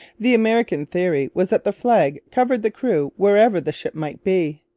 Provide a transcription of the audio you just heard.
the american theory was that the flag covered the crew wherever the ship might be.